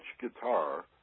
guitar